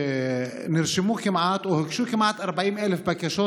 נרשמו או הוגשו כמעט 40,000 בקשות